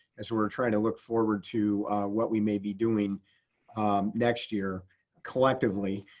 as we're trying to look forward to what we may be doing next year collectively.